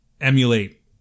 emulate